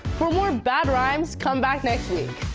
for more bad rhymes come back next week.